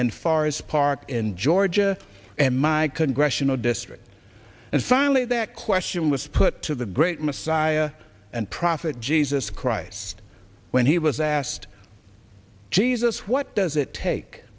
forest park in georgia and my congressional district and finally that question was put to the great messiah and prophet jesus christ when he was asked jesus what does it take